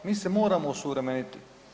Mi se moramo osuvremeniti.